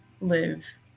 live